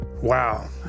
Wow